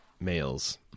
males